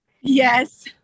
Yes